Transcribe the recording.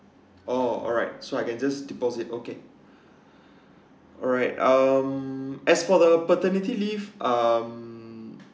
oh alright so I can just deposit okay alright um as for the paternity leave um